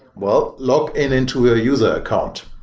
well, log in into a user account.